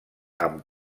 amb